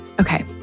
Okay